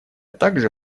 также